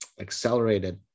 accelerated